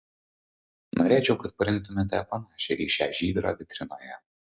norėčiau kad parinktumėte panašią į šią žydrą vitrinoje